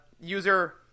user